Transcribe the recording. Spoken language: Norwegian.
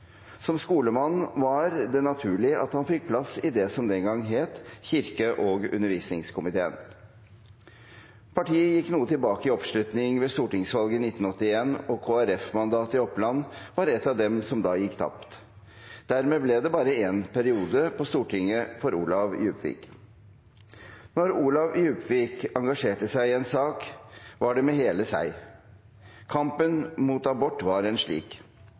Som skolemann var det naturlig at han fikk plass i det som den gang het kirke- og undervisningskomiteen. Partiet gikk noe tilbake i oppslutning ved stortingsvalget i 1981, og Kristelig Folkeparti-mandatet i Oppland var ett av dem som da gikk tapt. Dermed ble det bare én periode på Stortinget for Olav Djupvik. Når Olav Djupvik engasjerte seg i en sak, var det med hele seg. Kampen mot abort var en slik.